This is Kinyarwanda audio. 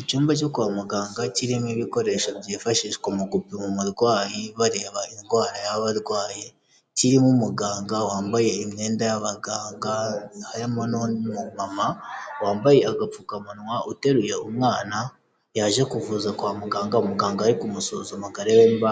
Icyumba cyo kwa muganga kirimo ibikoresho byifashishwa mu gupima umurwayi, bareba indwara yaba arwaye, kirimo umuganga wambaye imyenda y'abaganga, harimo n'undi mumama wambaye agapfukamunwa, uteruye umwana yaje kuvuza kwa muganga, umuganga ari kumusuzuma ngo arebe niba